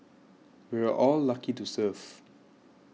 we're all lucky to serve